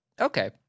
Okay